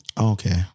Okay